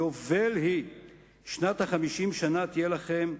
יובל היא שנת החמשים שנה תהיה לכם,